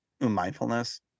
mindfulness